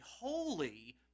holy